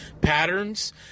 patterns